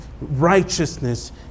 righteousness